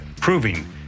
proving